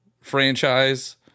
franchise